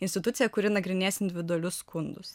institucija kuri nagrinės individualius skundus